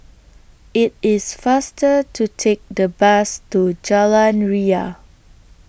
IT IS faster to Take The Bus to Jalan Ria